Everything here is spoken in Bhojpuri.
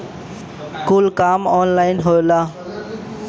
कुल काम ऑन्लाइने होला